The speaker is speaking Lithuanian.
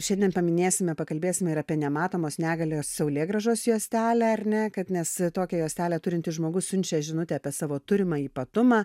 šiandien paminėsime pakalbėsime ir apie nematomos negalios saulėgrąžos juostelę ar ne kad nes tokią juostelę turintis žmogus siunčia žinutę apie savo turimą ypatumą